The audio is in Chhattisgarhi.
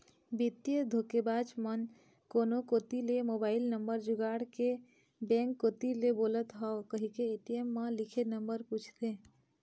बित्तीय धोखेबाज मन कोनो कोती ले मोबईल नंबर जुगाड़ के बेंक कोती ले बोलत हव कहिके ए.टी.एम म लिखे नंबर पूछथे